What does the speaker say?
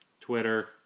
Twitter